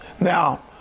Now